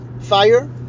Fire